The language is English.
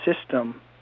system